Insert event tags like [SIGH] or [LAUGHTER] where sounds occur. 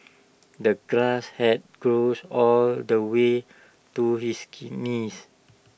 the grass had grown [UNINTELLIGIBLE] all the way to his [UNINTELLIGIBLE] knees